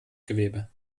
gewebe